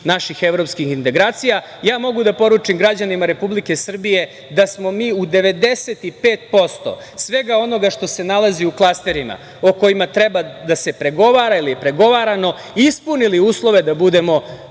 naših evropskih integracija. Mogu da poručim građanima Republike Srbije da smo mi u 95% svega onoga što se nalazi u klasterima o kojima treba da se pregovara ili pregovarano ispunili uslove da budemo